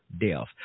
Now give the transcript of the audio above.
death